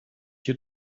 you